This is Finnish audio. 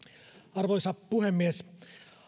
arvoisa puhemies